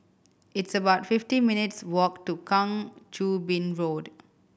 it's about fifty minutes' walk to Kang Choo Bin Road